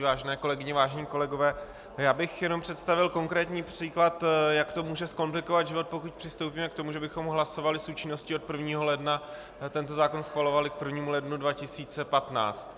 Vážené kolegyně, vážení kolegové, já bych jenom představil konkrétní příklad, jak to může zkomplikovat život, pokud přistoupíme k tomu, že bychom hlasovali s účinností od 1. ledna, tento zákon schvalovali k 1. lednu 2015.